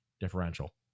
differential